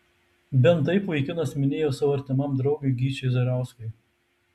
bent taip vaikinas minėjo savo artimam draugui gyčiui zarauskui